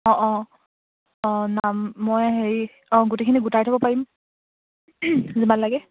অঁ অঁ অঁ নাম মই হেৰি অঁ গোটেইখিনি গোটাই থ'ব পাৰিম যিমান লাগে